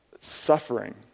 suffering